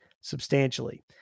substantially